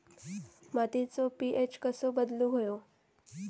मातीचो पी.एच कसो बदलुक होयो?